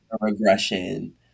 regression